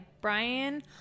Brian